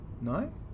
No